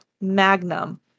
Magnum